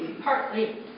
partly